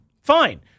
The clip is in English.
fine